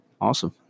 Awesome